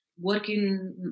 working